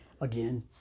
Again